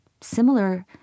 similar